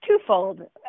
twofold